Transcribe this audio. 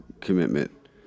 commitment